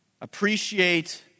Appreciate